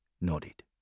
nodded